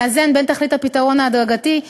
המאזן בין תכלית הפתרון ההדרגתי,